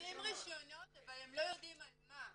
הם נותנים רישיונות אבל הם לא יודעים על מה.